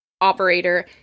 operator